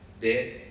death